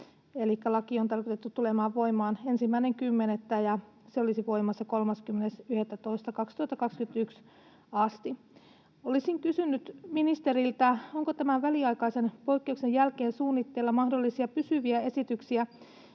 laki on tarkoitettu tulemaan voimaan 1.10. ja se olisi voimassa 30.11.2021 asti. Olisin kysynyt ministeriltä: Onko tämän väliaikaisen poikkeuksen jälkeen suunnitteilla mahdollisia pysyviä esityksiä